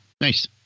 nice